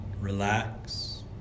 relax